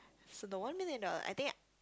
so the one million dollar I think